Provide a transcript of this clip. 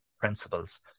principles